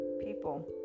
people